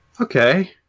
Okay